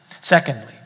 Secondly